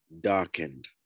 darkened